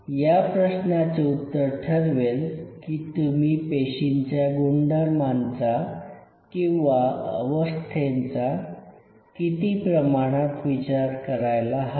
या प्रश्नाचे उत्तर ठरवेल की तुम्ही पेशींच्या गुणधर्मांचा किंवा अवस्थेचा किती प्रमाणात विचार करायला हवा